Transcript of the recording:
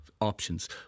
options